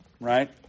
Right